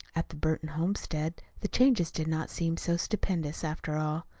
at the burton homestead the changes did not seem so stupendous, after all.